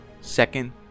Second